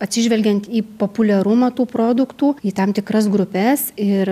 atsižvelgiant į populiarumą tų produktų į tam tikras grupes ir